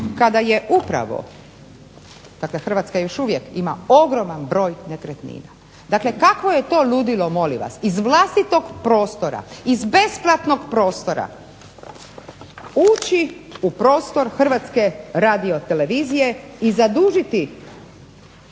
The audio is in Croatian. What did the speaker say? kada je upravo dakle Hrvatska još uvijek ima ogroman broj nekretnina. Kakvo je to ludilo molim vas, iz vlastitog prostora iz besplatnog prostora ući u prostor Hrvatske radiotelevizije i zadužiti